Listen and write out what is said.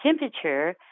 temperature